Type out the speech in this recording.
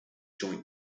joint